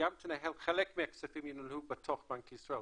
גם חלק מהכספים ינוהלו בתוך בנק ישראל,